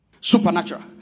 Supernatural